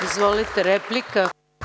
Izvolite, replika.